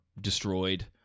destroyed